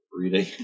reading